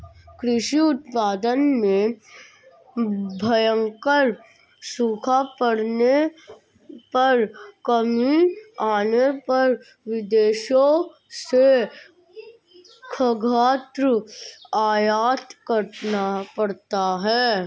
कृषि उत्पादन में भयंकर सूखा पड़ने पर कमी आने पर विदेशों से खाद्यान्न आयात करना पड़ता है